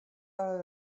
all